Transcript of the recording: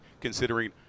considering